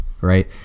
Right